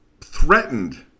threatened